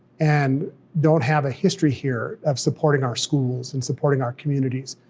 and don't have a history here of supporting our schools, and supporting our communities.